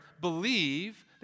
believe